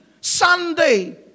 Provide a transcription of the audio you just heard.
Sunday